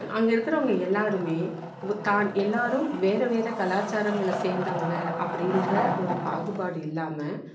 அங்கே இருக்கிறவங்க எல்லாரும் உ தான் எல்லோரும் வேற வேற கலாச்சாரங்களை சேர்ந்தவங்க அப்படின்ற ஒரு பாகுப்பாடு இல்லாமல்